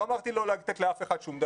לא אמרתי לא לתת לאף אחד שום דבר,